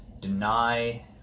Deny